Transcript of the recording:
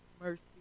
mercy